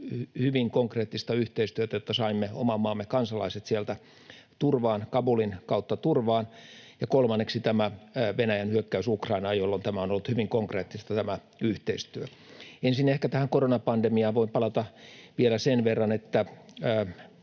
hyvin konkreettista yhteistyötä, jotta saimme oman maamme kansalaiset sieltä Kabulin kautta turvaan. Ja kolmanneksi: tämä Venäjän hyökkäys Ukrainaan, jolloin tämä yhteistyö on ollut hyvin konkreettista. Ensin ehkä tähän koronapandemiaan voin palata vielä sen verran, että